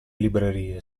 librerie